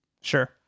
Sure